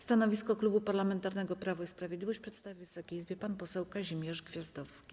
Stanowisko Klubu Parlamentarnego Prawo i Sprawiedliwość przedstawi Wysokiej Izbie pan poseł Kazimierz Gwiazdowski.